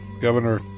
Governor